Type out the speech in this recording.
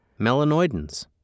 Melanoidins